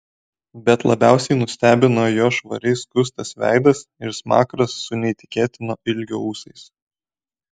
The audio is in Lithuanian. bet labiausiai nustebino jo švariai skustas veidas ir smakras su neįtikėtino ilgio ūsais